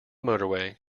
motorway